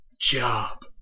Job